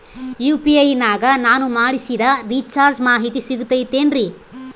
UPI ನಾಗ ನಾನು ಮಾಡಿಸಿದ ರಿಚಾರ್ಜ್ ಮಾಹಿತಿ ಸಿಗುತೈತೇನ್ರಿ?